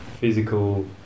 physical